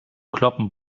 kloppen